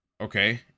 Okay